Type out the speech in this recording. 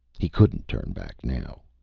he couldn't turn back now.